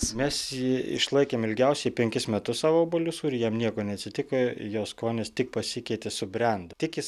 mes jį išlaikėm ilgiausiai penkis metus savo obuolių sūrį jam nieko neatsitiko jo skonis tik pasikeitė subrendo tik jis